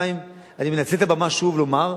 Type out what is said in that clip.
שנית, אני מנצל את הבמה שוב לומר,